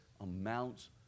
amounts